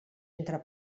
entre